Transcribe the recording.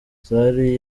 zari